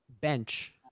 bench